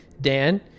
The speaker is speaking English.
Dan